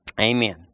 Amen